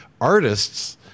Artists